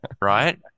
Right